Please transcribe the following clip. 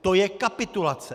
To je kapitulace!